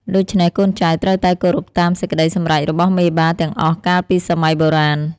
ដូច្នេះ កូនចៅត្រូវតែគោរពតាមសេចក្តីសម្រេចរបស់មេបាទាំងអស់កាលពីសម័យបុរាណ។